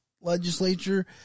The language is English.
legislature